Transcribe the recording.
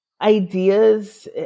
ideas